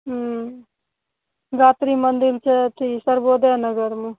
हूँ धातृ मंदिल छै अथि सर्बोदय नगरमे